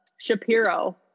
Shapiro